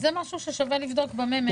זה משהו ששווה לבדוק עם הממ"מ,